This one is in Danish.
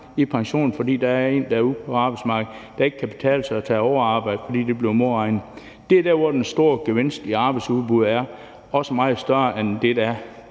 i pensionen, fordi der er en, der er ude på arbejdsmarkedet, og hvor det ikke kan betale sig at tage overarbejde, fordi det bliver modregnet. Det er der, hvor den store gevinst i arbejdsudbuddet er – også meget større end den, der er